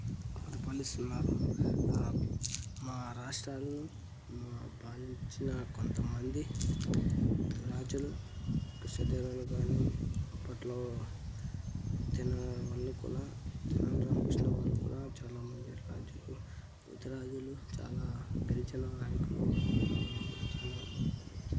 పరిపాలిస్తున్నారు మా రాష్ట్రాలు మా పాలించిన కొంతమంది రాజులు కృష్ణదేవరాయలుగాని అప్పట్లో తెనాలి కునా తెనాలి రామకృష్ణ వాళ్ళు కూడా చాలా మంది రాజులు పోతురాజులు చాలా గిరిజన నాయకులు